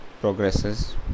progresses